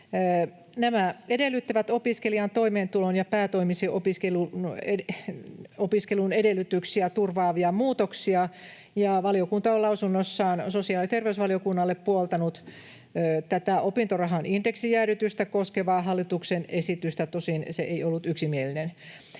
Nämä edellyttävät opiskelijan toimeentulon ja päätoimisen opiskelun edellytyksiä turvaavia muutoksia, ja valiokunta on lausunnossaan sosiaali- ja terveysvaliokunnalle puoltanut tätä opintorahan indeksijäädytystä koskevaa hallituksen esitystä — tosin se ei ollut yksimielinen.